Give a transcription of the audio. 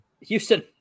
Houston